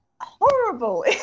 horrible